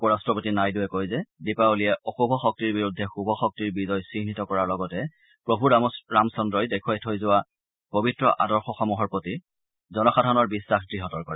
উপৰাট্টপতি নাইডুৰে কয় যে দীপাৰলীয়ে অশুভ শক্তিৰ বিৰুদ্ধে শুভ শক্তিৰ বিজয় চিহ্নিত কৰাৰ লগতে প্ৰভু ৰামচন্দ্ৰই দেখুৱাই থৈ যোৱা পবিত্ৰ আদৰ্শসমূহৰ প্ৰতি জনসাধাৰণৰ বিশ্বাস দঢ়তৰ কৰে